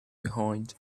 behind